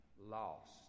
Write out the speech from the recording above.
lost